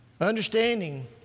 understanding